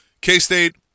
K-State